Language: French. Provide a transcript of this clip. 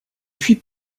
puis